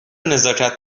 نزاکت